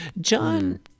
John